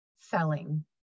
selling